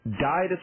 died